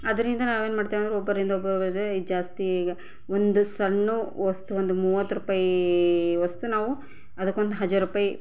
ಆದ್ದರಿಂದ ನಾವು ಏನು ಮಾಡ್ತೇವಂದ್ರೆ ಒಬ್ಬರಿಂದ ಒಬ್ಬರು ಜಾಸ್ತಿ ಈಗ ಒಂದು ಸಣ್ಣು ವಸ್ತು ಒಂದು ಮೂವತ್ತು ರೂಪಾಯಿ ವಸ್ತು ನಾವು ಅದಕ್ಕೊಂದು ಹಜಾರ್ ರೂಪಾಯಿ